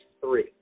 three